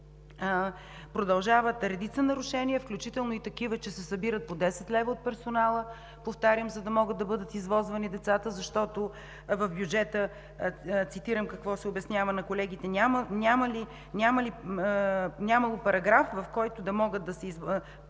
продължават редица нарушения, включително и такива, че се събират по 10 лева от персонала, за да могат да бъдат извозвани децата, защото в бюджета – цитирам какво се обяснява на колегите – „нямало параграф със заделени пари, с които да могат да се извозват